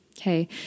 Okay